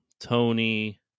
Tony